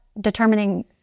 determining